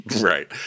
Right